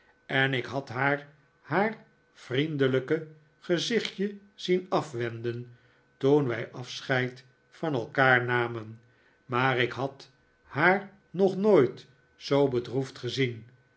en ik had haar haar vriendelijke gezichtje zien afwenden toen wij afscheid van elkaar namen maar ik had haar nog nooit zoo bedroefd gezien